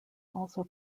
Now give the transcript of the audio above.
also